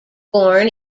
born